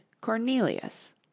Cornelius